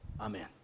Amen